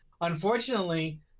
unfortunately